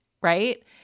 right